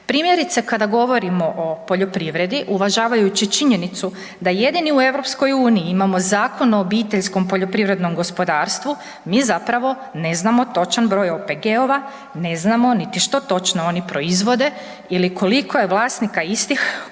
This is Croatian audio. Primjerice kada govorimo o poljoprivredi uvažavajući činjenicu da jedini u EU imamo Zakon o OPG-u mi zapravo ne znamo točan broj OPG-ova, ne znamo niti što točno oni proizvode ili koliko je vlasnika istih koji